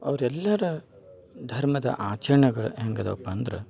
ಅವರೆಲ್ಲರ ಧರ್ಮದ ಆಚರ್ಣೆಗಳು ಹೇಗಿದವಪ್ಪ ಅಂದ್ರೆ